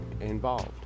involved